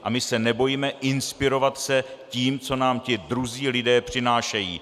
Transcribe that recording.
A my se nebojme inspirovat se tím, co nám ti druzí lidé přinášejí.